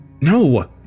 No